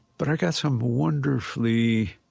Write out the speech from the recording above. but i got some wonderfully